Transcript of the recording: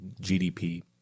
GDP